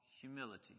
humility